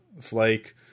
Flake